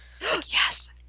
Yes